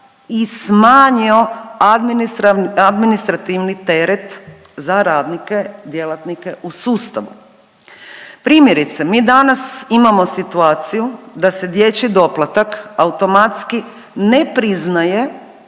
i smanjio administrativni teret za radnike, djelatnike u sustavu. Primjerice, mi danas imamo situaciju da se dječji doplatak automatski ne priznaje